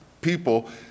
people